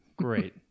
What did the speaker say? Great